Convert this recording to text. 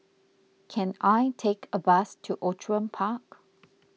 can I take a bus to Outram Park